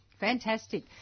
Fantastic